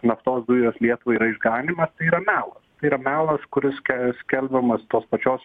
naftos dujos lietuvai yra išganymas tai yra melas tai yra melas kuris skel skelbiamas tos pačios